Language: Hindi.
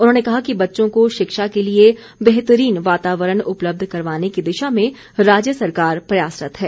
उन्होंने कहा कि बच्चों को शिक्षा के लिए बेहतरीन वातावरण उपलब्ध करवाने की दिशा में राज्य सरकार प्रयासरत्त है